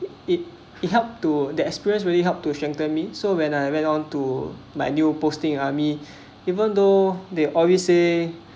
it it helped to the experience really help to strengthen me so when I went on to my new posting army even though they always say